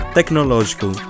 technological